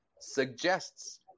suggests